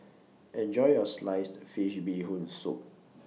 Enjoy your Sliced Fish Bee Hoon Soup